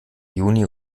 juni